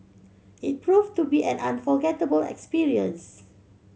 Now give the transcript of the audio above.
it proved to be an unforgettable experience